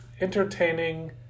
entertaining